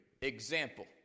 Example